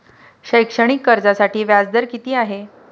शैक्षणिक कर्जासाठी व्याज दर किती आहे?